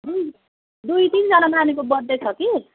दुई तिनजना नानीको बर्थडे छ कि